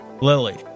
Lily